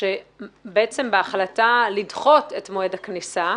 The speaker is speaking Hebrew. שבעצם בהחלטה לדחות את מועד הכניסה,